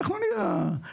אנחנו נהיה המפקחים,